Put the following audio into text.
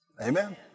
Amen